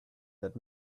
that